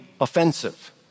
offensive